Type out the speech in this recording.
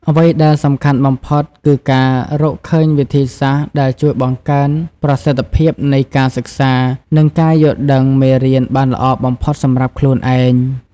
អ្វីដែលសំខាន់បំផុតគឺការរកឃើញវិធីសាស្ត្រដែលជួយបង្កើនប្រសិទ្ធភាពនៃការសិក្សា និងការយល់ដឹងមេរៀនបានល្អបំផុតសម្រាប់ខ្លួនឯង។